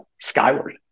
skyward